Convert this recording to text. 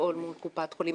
לפעול מול קופת החולים,